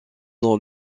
dans